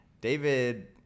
David